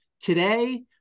today